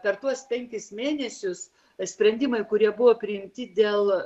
per tuos penkis mėnesius sprendimai kurie buvo priimti dėl